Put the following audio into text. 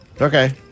Okay